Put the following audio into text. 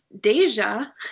Deja